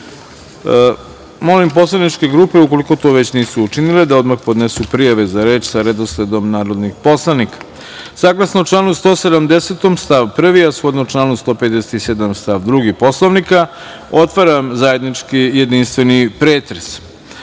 poslaničke grupe, ukoliko to već nisu učinile, da odmah podnesu prijave za reč sa redosledom narodnih poslanika. Saglasno članu 170. stav 1, a shodno članu 157. stav. 2 Poslovnika, otvaram zajednički jedinstveni